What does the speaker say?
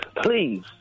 Please